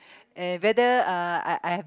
and whether uh I I have